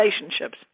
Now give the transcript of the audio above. Relationships